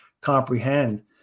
comprehend